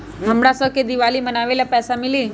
हमरा शव के दिवाली मनावेला पैसा मिली?